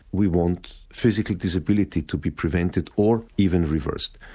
we want physical disability to be prevented or even reversed.